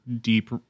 deep